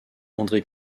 andré